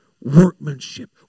workmanship